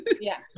Yes